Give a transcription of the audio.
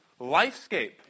Lifescape